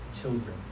children